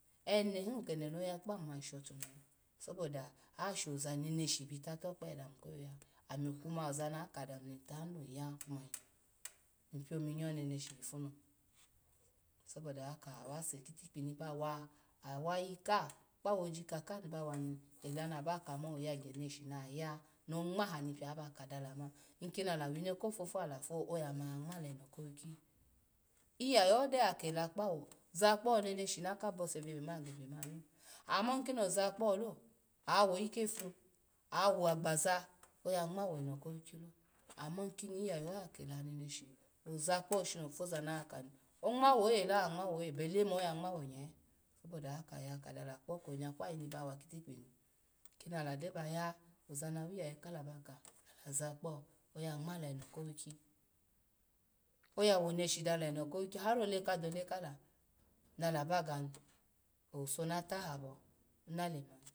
Ene hu kede no ya kpamima nyshotunehe saboda haka shozane shi bita tokpagye dami koyaya ami kuma oza nakada mi nyya kuma ny blomnyo neneshi ipu nu sobodahaka awese kitikpi nibawa awayi ka kpawuji ka ka ni bwani ala na ba kamam oyagya neshi niya nwaha ni biaha bakada lama ny kinila wino pupu ala fu okoya ma ngwala eno ko wikye. Iyaye ho takela kpawo zakponeneshi naka bose vebe ma gebe malo ama kino bose vebe ma gebemalo ama kino zakpolo oya woyi kefu, oyawa agbaza oya nwaw eno kowikilo, ma kim iyeyeho yakela nenesu ozakpo sho fu zano ya kani, onwo owe onelo oya onwo owe one bele ma oya nwo nye soboda haka nyya kadala kpoko nyeku ayim bawa kitikpi ni kuni alagyo baya ozana wiyeye kala gyo ba ka ala zakpo oya nwala eno kowiki, oya woneshi dala har ole kadole kala nala bagani owuso natahabo nalemani